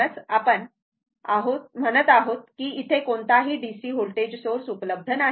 म्हणूनच आपण नव्हतं आहोत की इथे कोणताही डीसी व्होल्टेज सोर्स उपलब्ध नाही